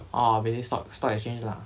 ah basically stock stock exchange lah